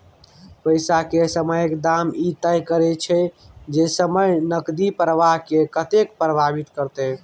पैसा के समयक दाम ई तय करैत छै जे समय नकदी प्रवाह के कतेक प्रभावित करते